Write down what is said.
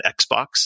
xbox